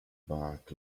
back